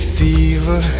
fever